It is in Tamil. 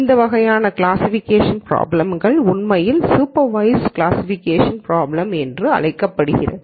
இந்த வகையான கிளாசிஃபிகேஷன் பிராப்ளம்கள் உண்மையில் சூப்பர்வய்ஸ்ட் கிளாசிஃபிகேஷன் பிராப்ளம் என்று அழைக்கப்படுகிறது